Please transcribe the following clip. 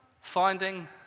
finding